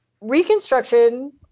reconstruction